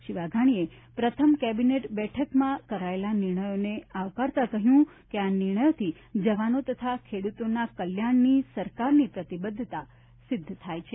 શ્રી વાઘાણીએ પ્રથમ કેબિનેટ બેઠકમાં કરાયેલા નિર્ણયોને આવકારતા કહ્યું કે આ નિર્ણયોની જવાનો તથા ખેડૂતોના કલ્યાણની સરકારની પ્રતિબધ્ધતા સિદ્ધ થાય છે